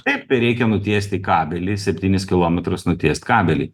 taip tai reikia nutiesti kabelį septynis kilometrus nutiest kabelį